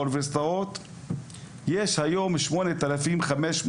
הקומוניסטית, עאדל עאמר; ואת מזכיר חד"ש אמג'ד